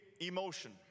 emotion